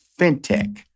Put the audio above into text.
fintech